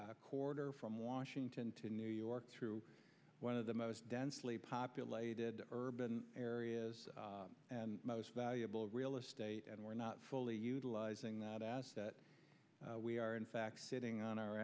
a quarter from washington to new york through one of the most densely populated urban areas and most valuable real estate and we're not fully utilizing that asset we are in fact sitting on our